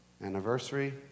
Anniversary